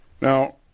Now